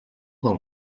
del